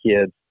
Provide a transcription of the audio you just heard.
kids